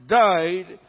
died